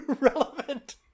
relevant